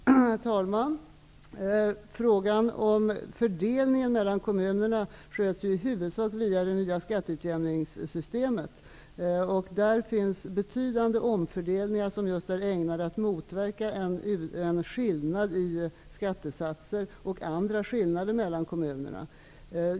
Herr talman! Frågan om fördelningen mellan kommunerna sköts i huvudsak via det nya skatteutjämningssystemet. Där finns betydande omfördelningar som just är ägnade att motverka en skillnad i skattesatser och andra skillnader mellan kommunerna.